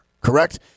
Correct